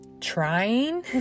trying